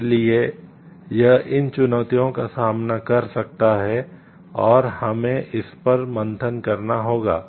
इसलिए यह इन चुनौतियों का सामना कर सकता है और हमें इसपर मंथन करना होगा